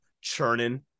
churning